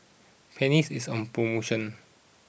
Pennis is on promotion